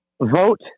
vote